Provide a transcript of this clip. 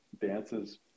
dances